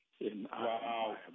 Wow